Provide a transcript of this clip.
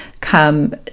come